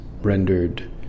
rendered